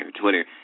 Twitter